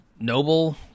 noble